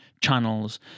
channels